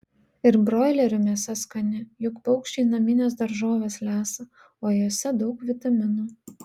ir broilerių mėsa skani juk paukščiai namines daržoves lesa o jose daug vitaminų